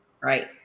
right